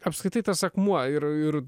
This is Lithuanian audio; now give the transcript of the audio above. apskritai tas akmuo ir ir